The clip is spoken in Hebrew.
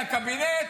לקבינט,